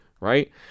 right